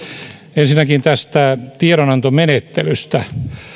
ensinnäkin tästä tiedonantomenettelystä